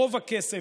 רוב הכסף,